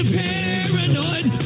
paranoid